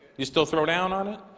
you still throw down on it?